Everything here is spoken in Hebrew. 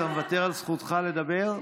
אתה מוותר על זכותך לדבר?